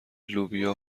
لوبیا